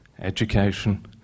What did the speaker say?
education